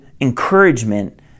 encouragement